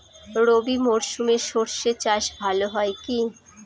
রবি মরশুমে সর্ষে চাস ভালো হয় কি?